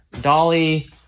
dolly